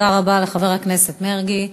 תודה רבה לחבר הכנסת מרגי.